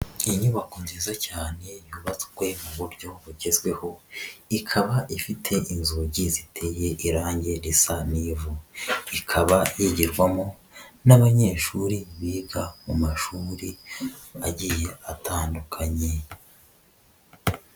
Inyubako nziza cyane yubatswe mu buryo bugezweho, ikaba ifite inzugi ziteye irangi risa n'ivu, ikaba yigirwamo n'abanyeshuri biga mu mashuri agiye atandukanye.